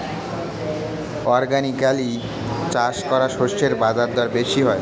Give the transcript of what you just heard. organically চাষ করা শস্যের বাজারদর বেশি হয়